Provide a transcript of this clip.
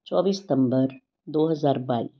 ਚੌਵੀ ਸਤੰਬਰ ਦੋ ਹਜ਼ਾਰ ਬਾਈ